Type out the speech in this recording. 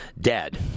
dead